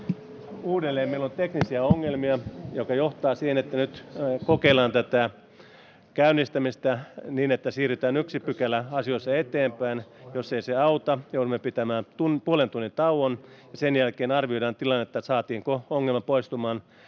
edustajat! Meillä on teknisiä ongelmia, jotka johtavat siihen, että nyt kokeillaan käynnistämistä niin, että siirrytään yksi pykälä asioissa eteenpäin. Jos se ei auta, joudumme pitämään puolen tunnin tauon. Sen jälkeen arvioidaan tilannetta, saatiinko ongelma poistumaan.